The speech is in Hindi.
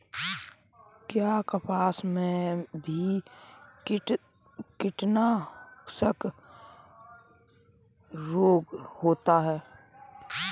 क्या कपास में भी कीटनाशक रोग होता है?